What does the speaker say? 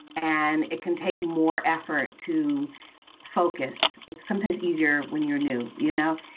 and it can take more effort to focus. it's sometimes easier when you're new, you know.